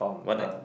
what